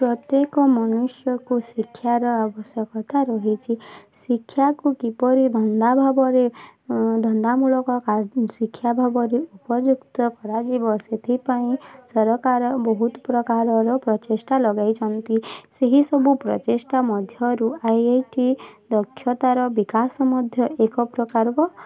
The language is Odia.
ପ୍ରତ୍ୟେକ ମନୁଷ୍ୟକୁ ଶିକ୍ଷାର ଆବଶ୍ୟକତା ରହିଛି ଶିକ୍ଷାକୁ କିପରି ଧନ୍ଦା ଭାବରେ ଧନ୍ଦାମୂଳକ କା ଶିକ୍ଷା ଭାବରେ ଉପଯୁକ୍ତ କରାଯିବ ସେଥିପାଇଁ ସରକାର ବହୁତ ପ୍ରକାରର ପ୍ରଚେଷ୍ଟା ଲଗାଇଛନ୍ତି ସେଇସବୁ ପ୍ରଚେଷ୍ଟା ମଧ୍ୟରୁ ଆଇ ଆଇ ଟି ଦକ୍ଷତାର ବିକାଶ ମଧ୍ୟ ଏକ ପ୍ରକାର ବା